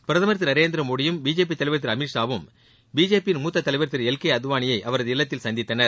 பிரதமர் திரு நரேந்திரமோடியும் பிஜேபி தலைவர் திரு அமித்ஷாவும் பிஜேபி யின் மூத்த தலைவர் திரு எல் கே அத்வானியை அவரது இல்லத்தில் சந்தித்தனர்